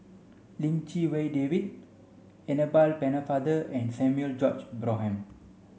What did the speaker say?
Lim Chee Wai David Annabel Pennefather and Samuel George Bonham